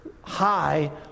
high